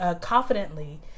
confidently